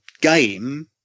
game